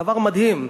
דבר מדהים.